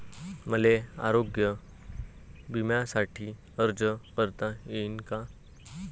मले आरोग्य बिम्यासाठी अर्ज करता येईन का?